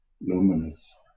luminous